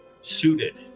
suited